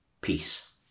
peace